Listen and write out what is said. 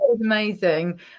Amazing